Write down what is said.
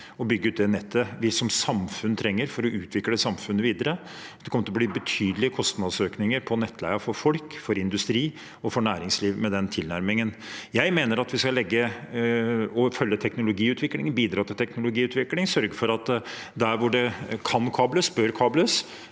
å bygge ut det nettet vi som samfunn trenger for å utvikle samfunnet videre. Det kommer til å bli betydelige kostnadsøkninger på nettleien for folk, industri og næringsliv med den tilnærmingen. Jeg mener at vi skal følge teknologiutviklingen, bidra til teknologiutvikling og sørge for at der hvor det kan og bør kables,